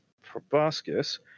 proboscis